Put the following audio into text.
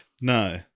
No